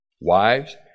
Wives